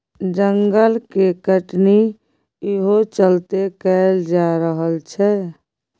जंगल के कटनी इहो चलते कएल जा रहल छै